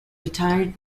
retired